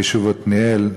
ביישוב עתניאל,